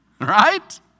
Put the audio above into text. right